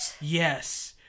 Yes